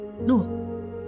no